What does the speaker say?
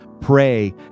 Pray